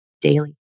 daily